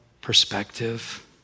perspective